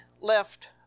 left